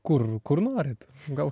kur kur norit gal